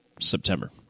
September